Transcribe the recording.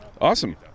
Awesome